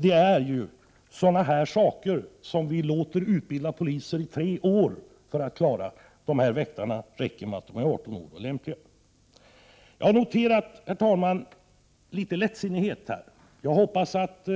Det är sådana här situationer som vi låter utbilda poliser i tre år för att klara. För dessa väktare räcker det med att de är 18 år och anses lämpliga. Jag har noterat litet lättsinnighet. Jag hoppas att